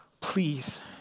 please